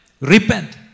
Repent